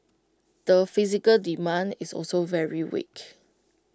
the physical demand is also very weak